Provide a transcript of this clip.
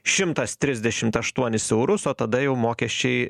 šimtas trisdešimt aštuonis eurus o tada jau mokesčiai